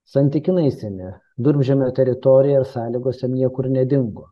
santykinai seni durpžemio teritorija sąlygose niekur nedingo